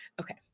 Okay